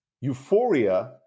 euphoria